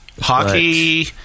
Hockey